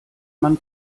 man